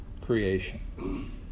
creation